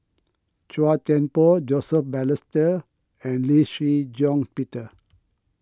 Chua Thian Poh Joseph Balestier and Lee Shih Shiong Peter